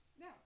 No